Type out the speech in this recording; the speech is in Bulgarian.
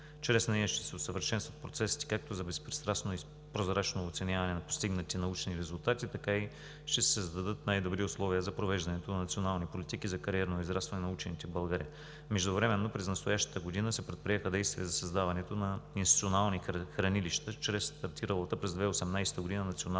Чрез нея ще се усъвършенстват процесите, както за безпристрастно и прозрачно оценяване на постигнатите научни резултати, така и ще се създадат най-добри условия за провеждането на национални политики за кариерно израстване на учените в България. Междувременно през настоящата година се предприеха действия за създаването на институционални хранилища чрез стартиралата през 2018 г. Национална научна